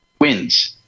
wins